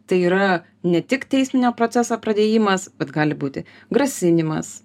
tai yra ne tik teisminio proceso pradėjimas bet gali būti grasinimas